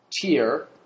tier